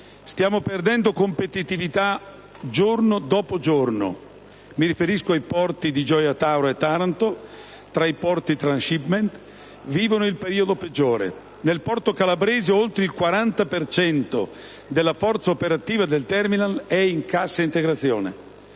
stiamo perdendo competitività giorno dopo giorno. Mi riferisco ai porti di Gioia Tauro e Taranto, che tra i porti di *transhipment* vivono il periodo peggiore. Nel porto calabrese oltre il 40 per cento della forza operativa del *terminal* è in cassa integrazione;